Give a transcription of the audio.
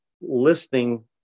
listening